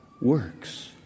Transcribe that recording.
works